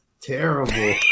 terrible